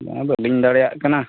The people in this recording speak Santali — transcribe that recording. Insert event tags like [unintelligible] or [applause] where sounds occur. [unintelligible] ᱵᱟᱹᱞᱤᱧ ᱫᱟᱲᱮᱭᱟᱜ ᱠᱟᱱᱟ